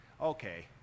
Okay